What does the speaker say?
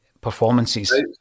performances